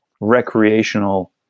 recreational